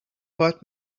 but